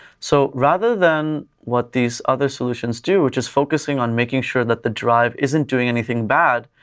so rather than what these other solutions do which is focusing on making sure that the drive isn't doing anything bad,